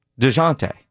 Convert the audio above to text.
DeJounte